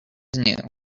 new